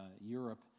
Europe